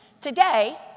today